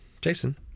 Jason